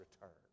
return